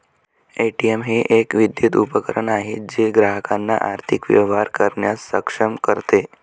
ATM हे एक विद्युत उपकरण आहे जे ग्राहकांना आर्थिक व्यवहार करण्यास सक्षम करते